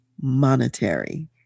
monetary